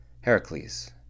Heracles